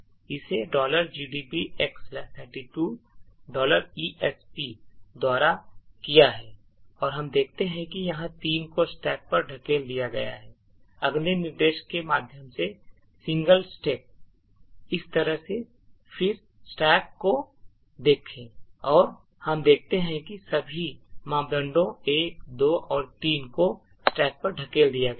इसे gdb x 32x esp द्वारा किया है और हम देखते हैं कि यहां 3 को stack पर धकेल दिया गया है अगले निर्देश के माध्यम से सिंगल स्टेप इस तरह से फिर स्टैक को देखें और हम देखते हैं कि सभी मापदंडों 1 2 और 3 को स्टैक पर धकेल दिया गया है